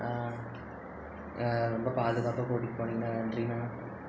ரொம்ப பாதுகாப்பாக கூட்டிகிட்டு போனிங்கணா நன்றிணா